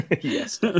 Yes